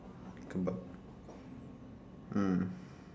kebab mm